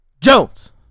Jones